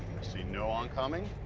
see no oncoming.